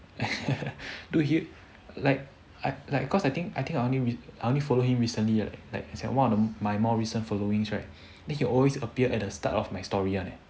dude you like like like cause I think I think I I only follow him recently right like one of my more recent followings right then he always appear at the start of my story one eh